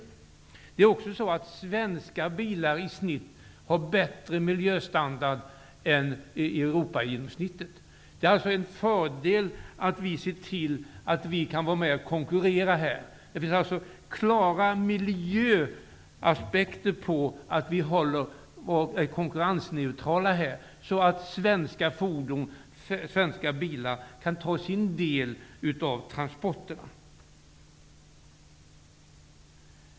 Svenska bilar har i genomsnitt en bättre miljöstandard än Europagenomsnittet. Det är alltså en fördel att vi ser till att vi kan vara med och konkurrera. Det finns klara miljöaspekter på att vi håller oss konkurrensneutrala, så att svenska bilar kan ta sin del av transporterna.